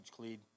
Cleed